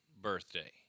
birthday